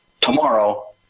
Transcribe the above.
tomorrow